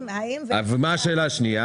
השאלה השנייה